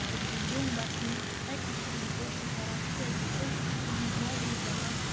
أڑۍ گے جوٚم بَسنہِ تَتہِ تہِ چھِ تِم کٲشُر کران تِکیازِ کٲشُر چھےٚ تِہٕنز مادری زَبان